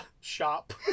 shop